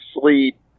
sleep